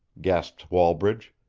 gasped wallbridge,